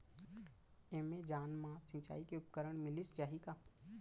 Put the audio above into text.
Amazon मा सिंचाई के उपकरण मिलिस जाही का?